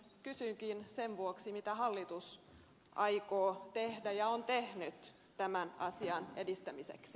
kysynkin sen vuoksi mitä hallitus aikoo tehdä ja on tehnyt tämän asian edistämiseksi